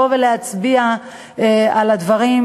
בחתימות,